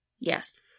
Yes